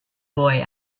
boy